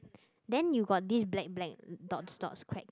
then you got this black black dots dots cracks